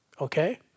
Okay